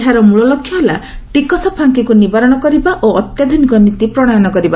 ଏହାର ମୂଳଲକ୍ଷ୍ୟ ହେଲା ଟିକସ ଫାଙ୍କିକୁ ନିବାରଣ କରିବା ଏବଂ ଅତ୍ୟାଧୁନିକ ନୀତି ପ୍ରଶୟନ କରିବା